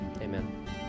amen